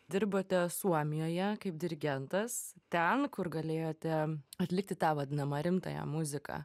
dirbote suomijoje kaip dirigentas ten kur galėjote atlikti tą vadinamą rimtąją muziką